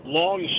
long